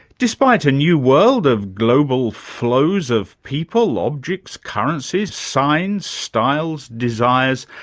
despite a new world of global flows of people, objects, currencies, signs, styles, desires,